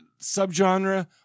subgenre